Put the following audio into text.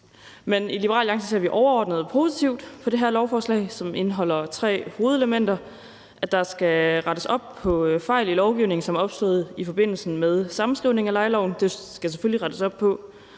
Men i Liberal Alliance ser vi overordnet positivt på det her lovforslag, som indeholder tre hovedelementer. For det første skal der rettes op på fejl i lovgivningen, som opstod i forbindelse med sammenskrivningen af lejeloven. Det skal der selvfølgelig rettes op på.